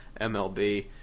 MLB